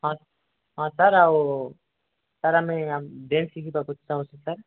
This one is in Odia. ହଁ ହଁ ସାର୍ ଆଉ ସାର୍ ଆମେ ଡ୍ୟାନ୍ସ ଶିଖିବାକୁ ଚାହୁଁଛୁ ସାର୍